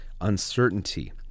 uncertainty